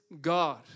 God